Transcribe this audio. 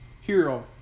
hero